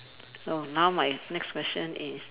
so now my next question is